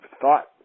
thought